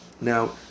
Now